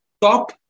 top